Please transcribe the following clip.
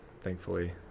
Thankfully